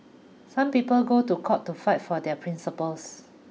some people go to court to fight for their principles